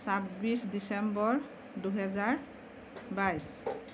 ছাব্বিছ ডিচেম্বৰ দুহেজাৰ বাইছ